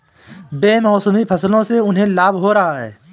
बेमौसमी फसलों से उन्हें लाभ हो रहा है